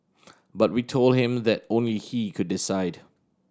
but we told him that only he could decide